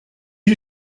you